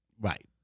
Right